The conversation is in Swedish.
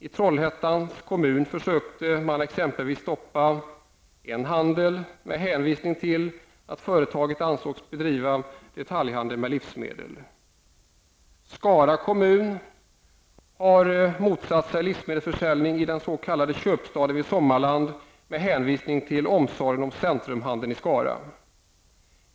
I Trollhättans kommun försökte man t.ex. stoppa en handel med hänvisning till att företaget ansågs bedriva detaljhandel med livsmedel. Skara kommun har motsatt sig livsmedelsförsäljning i den s.k. köpstaden vid Sommarland med hänvisning till omsorg om centrumhandeln i Skara.